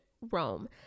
Rome